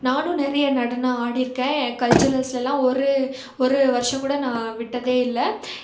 நானும் நிறைய நடனம் ஆடியிருக்கேன் ஏன் கல்சுரெல்ஸுலலாம் ஒரு ஒரு வர்ஷம் கூட நான் விட்டதே இல்ல